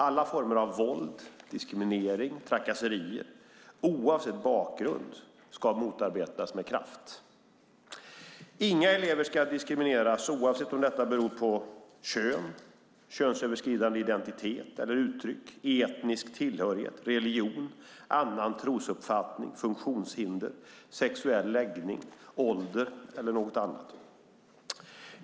Alla former av våld, diskriminering och trakasserier oavsett bakgrund ska motarbetas med kraft. Inga elever ska diskrimineras oavsett om detta beror på kön, könsöverskridande identitet eller uttryck, etnisk tillhörighet, religion, annan trosuppfattning, funktionshinder, sexuell läggning, ålder eller något annat.